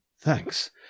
Thanks